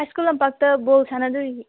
ꯍꯥꯏ school ꯂꯝꯄꯥꯛꯇ ꯕꯣꯜ ꯁꯥꯟꯅꯗꯣꯏꯁꯤ